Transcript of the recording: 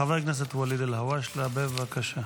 חבר הכנסת ואליד אלהואשלה, בבקשה.